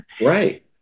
Right